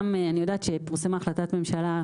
גם אני יודעת שפורסמה החלטת ממשלה,